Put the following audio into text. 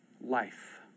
life